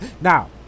Now